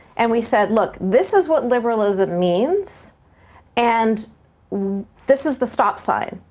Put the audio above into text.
and we said, look, this is what liberalism means and this is the stop sign,